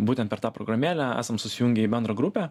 būtent per tą programėlę esam susijungę į bendrą grupę